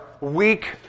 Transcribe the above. weak